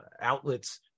outlets